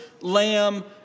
Lamb